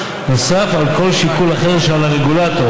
נוסף על כל שיקול אחר שעל הרגולטור,